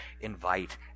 invite